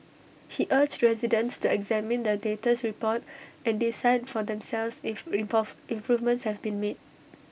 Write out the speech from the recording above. he urged residents to examine the latest report and decide for themselves if improvements have been made